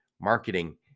marketing